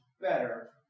better